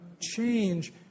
change